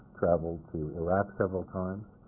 traveled to iraq several times,